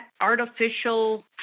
artificial